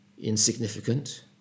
insignificant